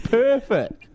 perfect